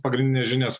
pagrindines žinias